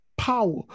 power